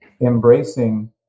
embracing